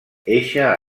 eixe